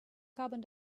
carbon